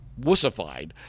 wussified